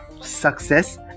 success